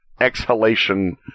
exhalation